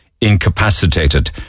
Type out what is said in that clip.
incapacitated